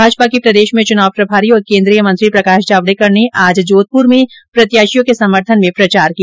भाजपा के प्रदेश मे चुनाव प्रभारी और केन्द्रीय मंत्री प्रकाश जावडेकर ने आज जोधपुर में प्रत्याशियों के समर्थन में प्रचार किया